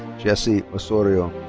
jesse osorio.